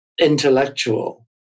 intellectual